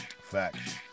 Facts